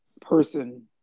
person